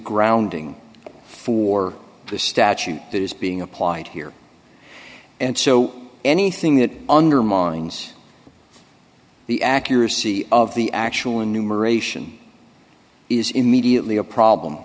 grounding for the statute that is being applied here and so anything that undermines the accuracy of the actual enumeration is immediately a problem